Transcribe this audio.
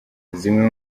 zimwe